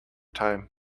time